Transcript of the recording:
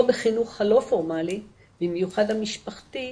או בחינוך הלא פורמלי, במיוחד המשפחתי,